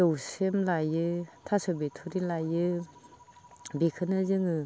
दौस्रेम लायो थास' बिथुरि लायो बेखौनो जोङो